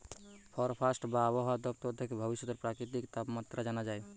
forecast বা আবহায়া দপ্তর থেকে ভবিষ্যতের প্রাকৃতিক তাপমাত্রা জানা যায়